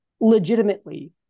legitimately